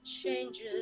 changes